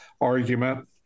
argument